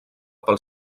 pel